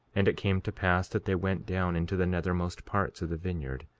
and it came to pass that they went down into the nethermost parts of the vineyard.